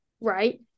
right